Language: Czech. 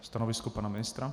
Stanovisko pana ministra?